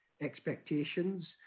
expectations